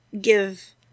give